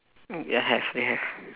mm ya have ya have